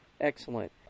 Excellent